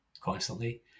constantly